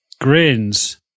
grins